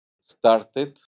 started